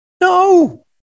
No